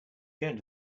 going